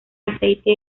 aceite